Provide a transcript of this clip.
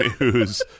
news